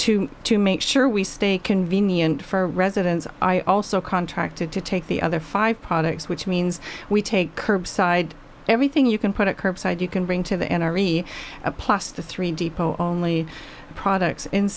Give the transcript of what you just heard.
two to make sure we stay convenient for residents i also contracted to take the other five products which means we take curbside everything you can put it curbside you can bring to the n r e a plus the three depot only products in